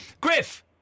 Griff